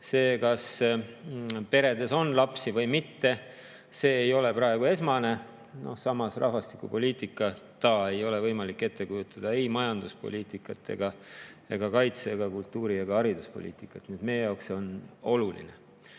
See, kas peredes on lapsi või mitte, ei ole praegu esmane. Samas, rahvastikupoliitikata ei ole võimalik ette kujutada ei majanduspoliitikat ega kaitse-, kultuuri- ja hariduspoliitikat. Nii et meie jaoks on see oluline.